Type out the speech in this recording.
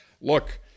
look